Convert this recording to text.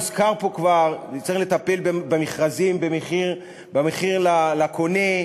הוזכר פה כבר: נצטרך לטפל במכרזים במחיר לקונה,